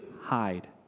Hide